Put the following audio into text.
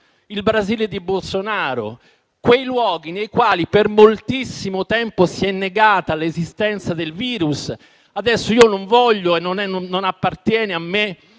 il Brasile di Bolsonaro, quei luoghi in cui per moltissimo tempo si è negata l'esistenza del virus. Adesso non voglio fare richiami